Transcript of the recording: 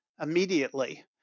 immediately